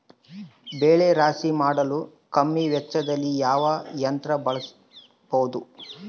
ಬೆಳೆ ರಾಶಿ ಮಾಡಲು ಕಮ್ಮಿ ವೆಚ್ಚದಲ್ಲಿ ಯಾವ ಯಂತ್ರ ಬಳಸಬಹುದು?